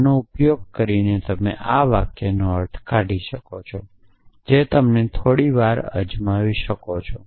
આનો ઉપયોગ કરીને તમે આ વાક્યનો અર્થ કાઢી શકો છો જે તમે થોડી વાર અજમાવી શકો છો